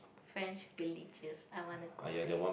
French religious I want to go there